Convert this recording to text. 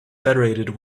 federated